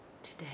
today